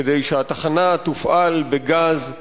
כדי שהתחנה תופעל בגז טבעי,